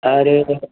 आरो